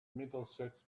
middlesex